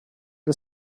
the